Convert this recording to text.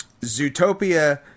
Zootopia